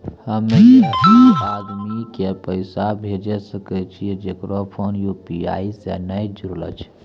हम्मय उ आदमी के पैसा भेजै सकय छियै जेकरो फोन यु.पी.आई से नैय जूरलो छै?